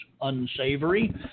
unsavory